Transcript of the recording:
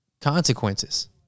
consequences